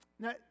Now